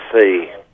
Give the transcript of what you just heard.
see